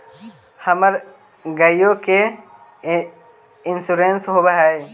हमर गेयो के इंश्योरेंस होव है?